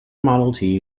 model